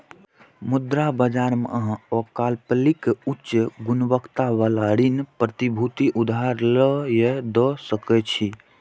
मुद्रा बाजार मे अहां अल्पकालिक, उच्च गुणवत्ता बला ऋण प्रतिभूति उधार लए या दै सकै छी